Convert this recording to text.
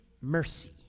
mercy